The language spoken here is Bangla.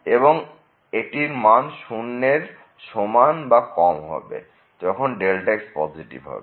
এবং এটির মান শূন্যের সমান বা কম হবে যখন x পজিটিভ হবে